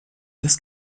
das